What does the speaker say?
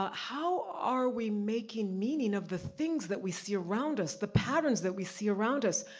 ah how are we making meaning of the things that we see around us, the patterns that we see around us?